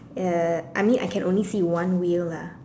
uh I mean I can only see one wheel lah